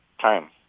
time